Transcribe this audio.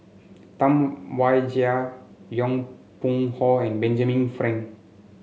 Tam Wai Jia Yong Pung Hong and Benjamin Frank